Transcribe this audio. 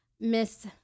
Miss